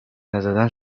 نزدن